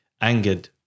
angered